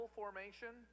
formation